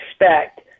expect